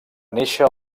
néixer